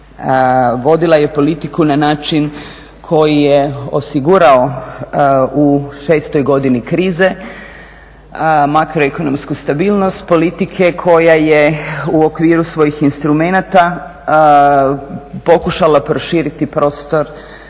Vodila je politiku na način koji je osigurao u šestoj godini krize, makroekonomsku stabilnost politike koja je u okviru svojih instrumenata pokušala proširiti prostor